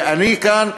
ואני כאן,